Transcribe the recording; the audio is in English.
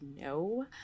no